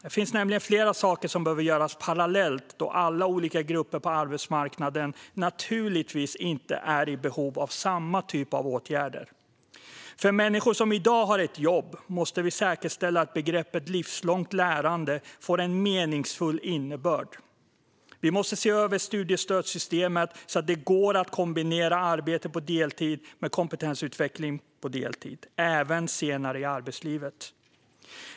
Det finns nämligen flera saker som behöver göras parallellt då alla olika grupper på arbetsmarknaden naturligtvis inte är i behov av samma typ av åtgärder. För människor som i dag har ett jobb måste vi säkerställa att begreppet livslångt lärande får en meningsfull innebörd. Vi måste se över studiestödssystemet så att det går att kombinera arbete på deltid med kompetensutveckling på deltid, även senare i arbetslivet.